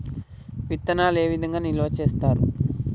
విత్తనాలు ఏ విధంగా నిల్వ చేస్తారు?